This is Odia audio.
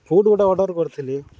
ଫୁଡ଼୍ ଗୋଟେ ଅର୍ଡ଼ର୍ କରିଥିଲି